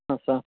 ಹಾಂ ಸ